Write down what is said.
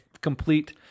complete